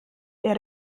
der